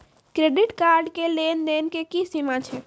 Credit card के लेन देन के की सीमा छै?